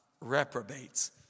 reprobates